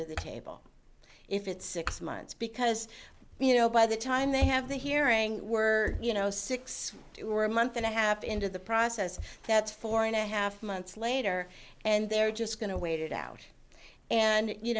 to the table if it's six months because you know by the time they have the hearing word you know sixty two or a month and a half into the process that's four and a half months later and they're just going to wait it out and you